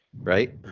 Right